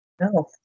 No